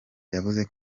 yavuze